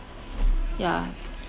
yeah